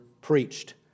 preached